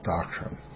doctrine